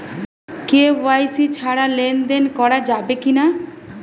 KYC ছাড়া লেনদেন করা যাবে কিনা?